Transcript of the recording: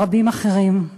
ורבים אחרים,